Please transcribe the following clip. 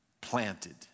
planted